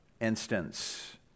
instance